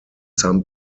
some